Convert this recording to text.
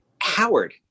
howard